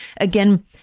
Again